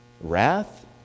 wrath